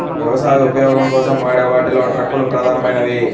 వ్యవసాయ ఉపయోగం కోసం వాడే వాటిలో ట్రక్కులు ప్రధానమైనవి